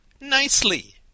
nicely